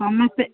ସମସ୍ତେ